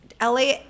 LA